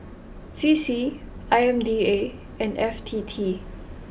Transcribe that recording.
C C I M D A and F T T